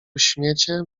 śmiecie